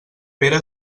pere